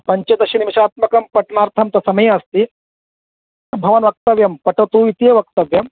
पञ्चदशनिमिषात्मकं पठनार्थं तत् समयः अस्ति भवान् वक्तव्यं पठतु इत्येव वक्तव्यम्